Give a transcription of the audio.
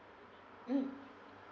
mm